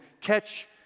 catch